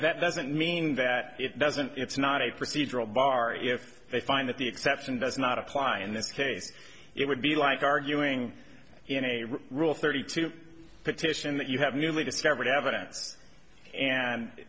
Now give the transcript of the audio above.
that doesn't mean that it doesn't it's not a procedural bar if they find that the exception does not apply in this case it would be like arguing in a rule thirty two petition that you have newly discover